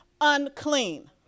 unclean